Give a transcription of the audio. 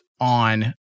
on